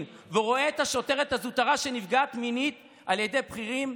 ורואה את השוטרת הזוטרה שנפגעת מינית על ידי בכירים,